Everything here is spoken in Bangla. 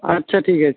আচ্ছা ঠিক আছে